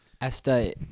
ESTA